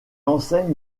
enseigne